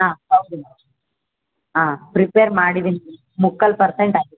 ಹಾಂ ಹೌದು ಮ್ಯಾಮ್ ಹಾಂ ಪ್ರಿಪೇರ್ ಮಾಡಿದ್ದೀನಿ ಮುಕ್ಕಾಲು ಪರ್ಸೆಂಟ್ ಆಗಿದೆ